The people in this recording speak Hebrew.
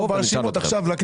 או שתצטרפו עכשיו בבחירות.